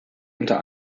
unter